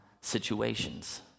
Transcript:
situations